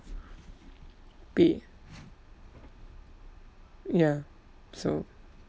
pay ya so